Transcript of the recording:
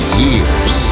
years